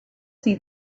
see